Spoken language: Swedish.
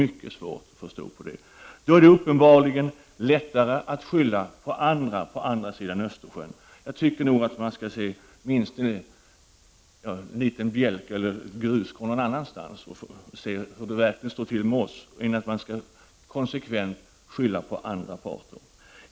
Det är uppenbarligen lättare att skylla på länder på andra sidan Östersjön. Man borde nog se efter hur det står till här hemma i stället för att konsekvent skylla på andra parter.